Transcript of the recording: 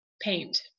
paint